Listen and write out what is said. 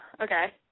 Okay